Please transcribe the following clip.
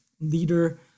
leader